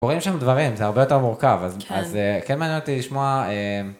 קוראים שם דברים זה הרבה יותר מורכב אז כן מעניין אותי לשמוע.